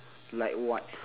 like what